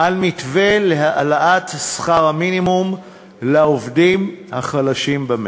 על מתווה להעלאת שכר המינימום לעובדים החלשים במשק.